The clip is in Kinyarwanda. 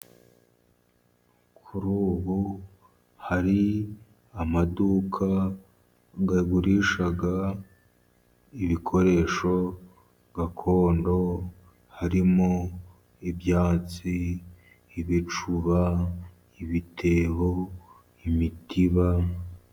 Kuri ubu hari amaduka agurisha ibikoresho gakondo harimo: ibyansi ,ibicuba, ibitebo ,imitiba.